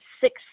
six